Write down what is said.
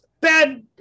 Bad